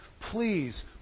Please